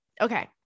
Okay